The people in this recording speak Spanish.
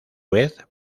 vez